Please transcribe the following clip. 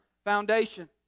foundation